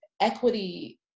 equity